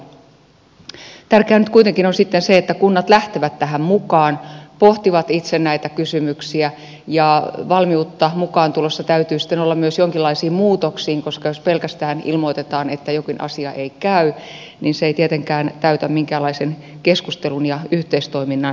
tärkeää nyt kuitenkin on sitten se että kunnat lähtevät tähän mukaan pohtivat itse näitä kysymyksiä ja mukaantulossa täytyy sitten olla myös valmiutta jonkinlaisiin muutoksiin koska jos pelkästään ilmoitetaan että jokin asia ei käy niin se ei tietenkään täytä minkäänlaisen keskustelun ja yhteistoiminnan määreitä